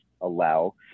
allow